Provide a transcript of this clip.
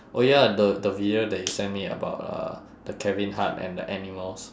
oh ya the the video that you send me about uh the kevin hart and the animals